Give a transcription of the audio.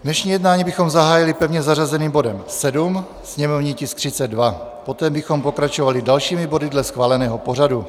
Dnešní jednání bychom zahájili pevně zařazeným bodem 7, sněmovní tisk 32, poté bychom pokračovali dalšími body dle schváleného pořadu.